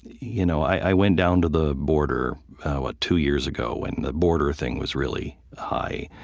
you know i went down to the border two years ago when the border thing was really high.